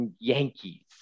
Yankees